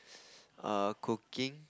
err cooking